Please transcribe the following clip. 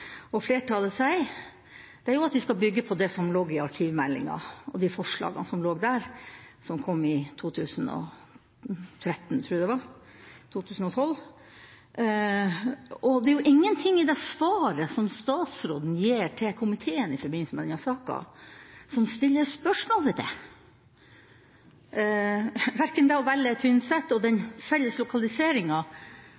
og flertallet sier, er jo at vi skal bygge på det som lå i arkivmeldinga og de forslagene som lå der, som kom i 2012. Det er ingenting i det svaret som statsråden gir til komiteen i forbindelse med denne saken, som stiller spørsmål ved det – verken ved det å velge Tynset og den